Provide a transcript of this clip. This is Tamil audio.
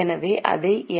எனவே அதை என்